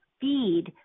feed